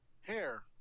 Hair